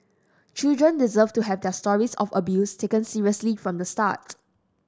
children deserve to have their stories of abuse taken seriously from the start